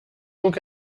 donc